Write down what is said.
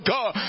God